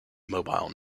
mobile